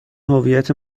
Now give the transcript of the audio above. هویت